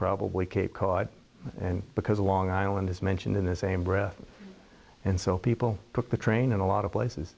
probably cape cod and because a long island is mentioned in the same breath and so people took the train and a lot of places